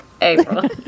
April